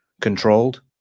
controlled